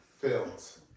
felt